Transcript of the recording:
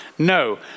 No